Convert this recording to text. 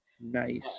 Nice